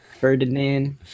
Ferdinand